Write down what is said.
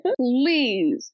Please